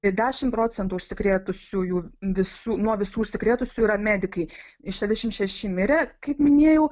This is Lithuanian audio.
ir dešimt procentų užsikrėtusiųjų visų nuo visų užsikrėtusių yra medikai ir šešiasdešimt šeši mirė kaip minėjau